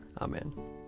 Amen